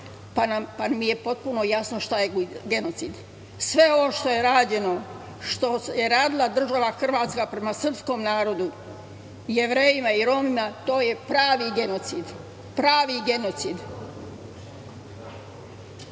pa mi je potpuno jasno šta je genocid. Sve ovo što je radila država Hrvatska prema srpskom narodu, Jevrejima i Romima, to je pravi genocid. Izetbegović